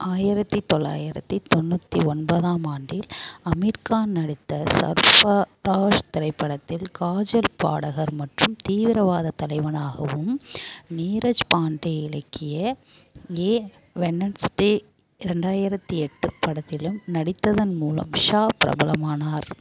ஆயிரத்து தொள்ளாயிரத்தி தொண்ணூற்றி ஒன்பதாம் ஆண்டில் அமீர் கான் நடித்த சர்ஃபராஷ் திரைப்படத்தில் காஜல் பாடகர் மற்றும் தீவிரவாதத் தலைவனாகவும் நீரஜ் பாண்டே இலக்கிய ஏ வெட்னேஸ்டே ரெண்டாயிரத்து எட்டு படத்திலும் நடித்ததன் மூலம் உஷா பிரபலமானார்